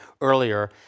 earlier